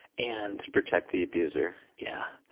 and protect the abuser. yeah.